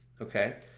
Okay